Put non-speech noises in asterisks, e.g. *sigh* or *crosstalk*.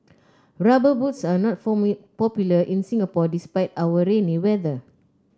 rubber boots are not *unintelligible* popular in Singapore despite our rainy weather